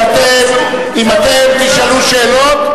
אם אתם תשאלו שאלות,